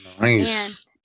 Nice